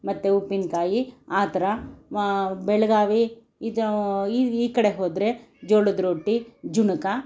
ಮತ್ತು ಉಪ್ಪಿನಕಾಯಿ ಆ ಥರ ಬೆಳಗಾವಿ ಈಜ ಈ ಈ ಕಡೆ ಹೋದರೆ ಜೋಳದ ರೊಟ್ಟಿ ಜುಣಕ